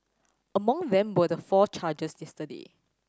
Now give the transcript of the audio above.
among them were the four charged yesterday